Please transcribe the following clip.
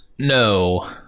No